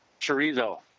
Chorizo